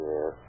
Yes